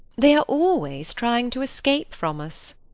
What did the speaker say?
they are always trying to escape from us.